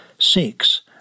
Six